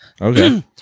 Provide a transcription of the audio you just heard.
Okay